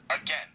again